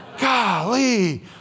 Golly